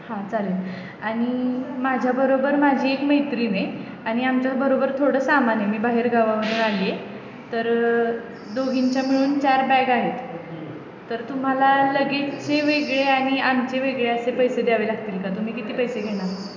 हां चालेल आणि माझ्या बरोबर माझी एक मैत्रीण आहे आणि आमच्या बरोबर थोडं सामान आहे मी बाहेर गावावरून आली आहे तर दोघींच्या मिळून चार बॅगा आहेत तर तुम्हाला लगेजचे वेगळे आणि आमचे वेगळे असे पैसे द्यावे लागतील का तुम्ही किती पैसे घेणार